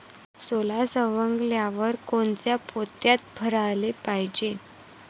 सोला सवंगल्यावर कोनच्या पोत्यात भराले पायजे?